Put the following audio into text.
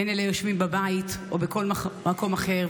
בין אלה היושבים בבית או בכל מקום אחר,